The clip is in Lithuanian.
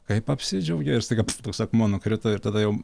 kaip apsidžiaugė ir staiga toks akmuo nukrito ir tada jau